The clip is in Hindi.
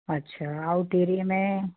अच्छा आउट एरिये में